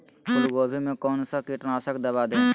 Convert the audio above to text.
फूलगोभी में कौन सा कीटनाशक दवा दे?